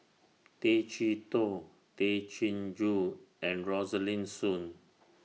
Tay Chee Toh Tay Chin Joo and Rosaline Soon